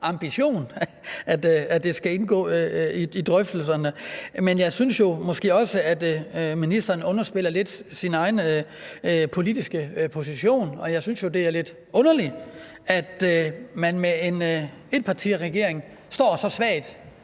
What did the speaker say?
ambition, at det skal indgå i drøftelserne. Men jeg synes jo også, at ministeren måske underspiller sin egen politiske position lidt, og jeg synes, det er lidt underligt, at man med en etpartiregering står så svagt